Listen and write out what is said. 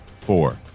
four